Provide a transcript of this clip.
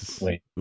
Wait